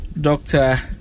doctor